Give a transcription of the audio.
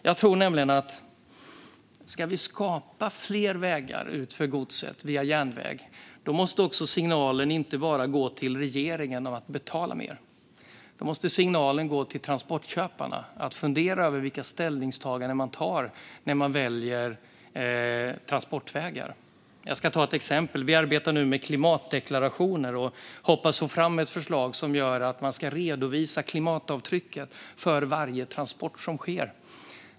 Jag tror nämligen att om vi ska skapa fler vägar ut för godset via järnväg måste det inte bara gå en signal till regeringen om att betala mer, utan då måste det också gå en signal till transportköparna om att fundera över vilka ställningstaganden de gör när de väljer transportvägar. Jag ska ta ett exempel. Vi arbetar nu med klimatdeklarationer och hoppas få fram ett förslag som gör att man ska redovisa klimatavtrycket för varje transport som sker.